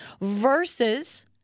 versus